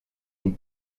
une